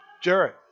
Jared